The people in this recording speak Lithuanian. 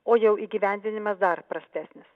o jau įgyvendinimas dar prastesnis